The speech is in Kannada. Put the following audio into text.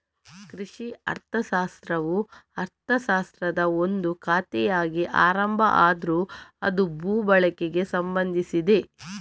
ಕೃಷಿ ಅರ್ಥಶಾಸ್ತ್ರವು ಅರ್ಥಶಾಸ್ತ್ರದ ಒಂದು ಶಾಖೆಯಾಗಿ ಆರಂಭ ಆದ್ರೂ ಅದು ಭೂ ಬಳಕೆಗೆ ಸಂಬಂಧಿಸಿದೆ